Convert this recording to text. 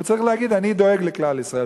הוא צריך להגיד: אני דואג לכלל ישראל.